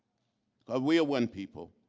ah we're one people,